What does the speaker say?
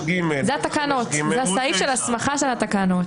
זה הסעיף שמסמיך את התקנות.